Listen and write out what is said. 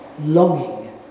longing